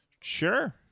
sure